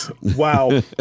Wow